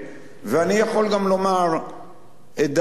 ואני יכול גם לומר את דעתי,